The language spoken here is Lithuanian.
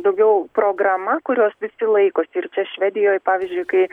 daugiau programa kurios visi laikosi ir čia švedijoj pavyzdžiui kai